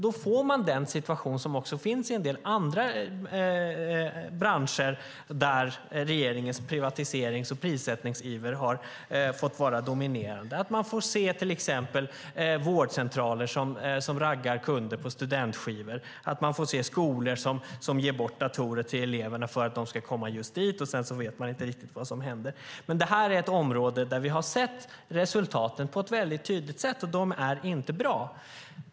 Då får vi en situation som finns i en del andra branscher där regeringens privatiserings och prissättningsiver har fått vara dominerande. Vi får till exempel se vårdcentraler som raggar kunder på studentskivor och skolor som ger bort datorer till eleverna för att de ska komma just dit. Sedan vet man inte riktigt vad som händer. Det här är ett område där vi har sett resultaten på ett väldigt tydligt sätt, och de är inte bra.